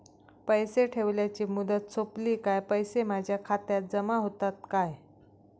पैसे ठेवल्याची मुदत सोपली काय पैसे माझ्या खात्यात जमा होतात काय?